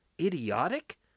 idiotic